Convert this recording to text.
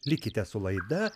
likite su laida